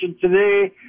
today